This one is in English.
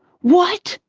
what!